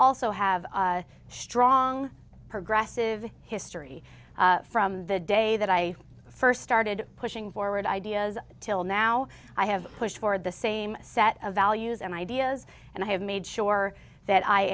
also have a strong progressive history from the day that i first started pushing forward ideas till now i have pushed for the same set of values and ideas and i have made sure that i